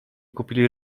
kupili